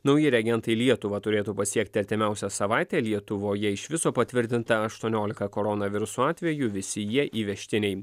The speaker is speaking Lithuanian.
nauji reagentai lietuvą turėtų pasiekti artimiausią savaitę lietuvoje iš viso patvirtinta aštuoniolika koronaviruso atvejų visi jie įvežtiniai